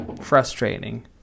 frustrating